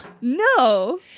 no